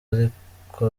ariko